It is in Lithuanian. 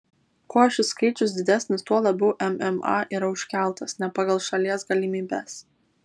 kuo šis skaičius didesnis tuo labiau mma yra užkeltas ne pagal šalies galimybes